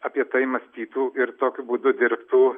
apie tai mąstytų ir tokiu būdu dirbtų